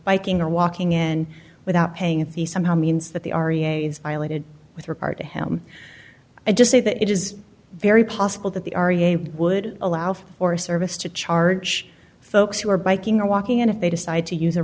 biking or walking in without paying if he somehow means that the aria is violated with regard to him i just say that it is very possible that the would allow for service to charge folks who are biking or walking and if they decide to use